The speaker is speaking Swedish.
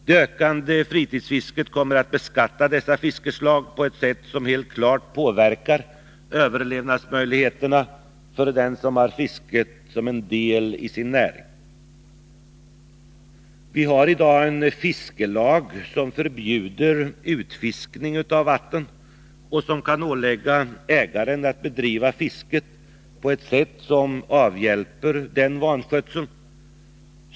Det ökande fritidsfisket kommer att beskatta dessa fiskslag på ett sätt som helt klart påverkar överlevnadsmöjligheterna för dem som har fisket som en del i sin näring. Vi har i dag en fiskelag som förbjuder utfiskning av vatten och som kan ålägga ägaren att bedriva fisket på ett sätt som avhjälper den vanskötseln.